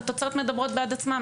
התוצאות מדברות בעד עצמן,